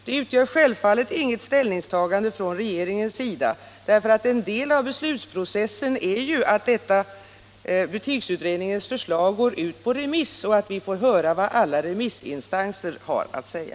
Det utgör självfallet inget ställningstagande från regeringens sida, därför att en del av beslutsprocessen innebär ju att betygsutredningens förslag går ut på remiss, så att vi får höra vad alla remissinstanser har att säga.